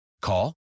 Call